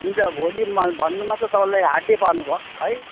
हुन्छ भोलि भन्नुमा त तपाईँलाई हाट डे पार्नु भयो है